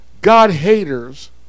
God-haters